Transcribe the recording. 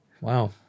Wow